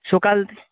সকাল